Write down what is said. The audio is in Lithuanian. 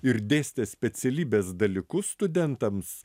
ir dėstė specialybės dalykus studentams